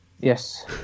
Yes